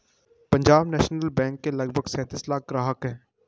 Punjab national bank के लगभग सैंतीस लाख ग्राहक हैं